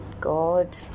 God